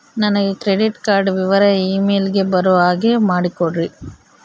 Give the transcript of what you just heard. ನನಗೆ credit card ವಿವರ email ಗೆ ಬರೋ ಹಾಗೆ ಮಾಡಿಕೊಡ್ರಿ?